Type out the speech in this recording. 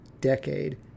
decade